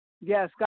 Yes